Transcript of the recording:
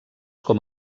com